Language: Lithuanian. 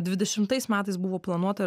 dvidešimtais metais buvo planuota